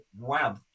Wow